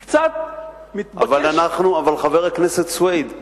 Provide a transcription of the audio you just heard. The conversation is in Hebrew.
היא קצת, אבל, חבר הכנסת סוייד,